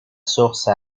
source